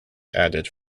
added